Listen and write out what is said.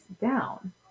down